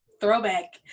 Throwback